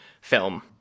film